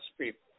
people